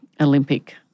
Olympic